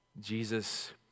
Jesus